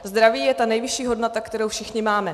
Zdraví je ta nejvyšší hodnota, kterou všichni máme.